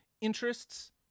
interests